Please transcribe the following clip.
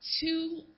two